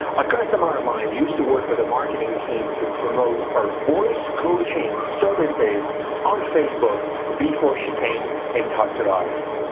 a customer of mine used to work with marketing team to promote our voice coaching services on facebook before she came and talked to us.